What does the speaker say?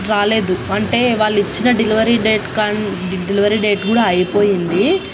రాలేదు అంటే వాళ్ళు ఇచ్చిన డెలివరీ డేట్ కా డెలివరీ డేట్ కూడా అయిపోయింది